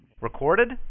Recorded